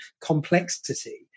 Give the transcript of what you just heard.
complexity